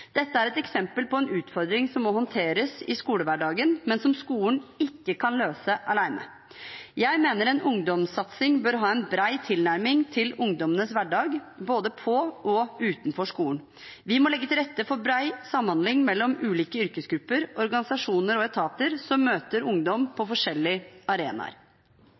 Dette er et eksempel på en utfordring som må håndteres i skolehverdagen, men som skolen ikke kan løse alene. Jeg mener en ungdomssatsing bør ha en bred tilnærming til ungdommenes hverdag, både på og utenfor skolen. Vi må legge til rette for bred samhandling mellom ulike yrkesgrupper, organisasjoner og etater som møter ungdom på forskjellige arenaer.